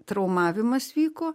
traumavimas vyko